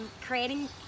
creating